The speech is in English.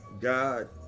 God